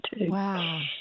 Wow